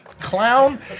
Clown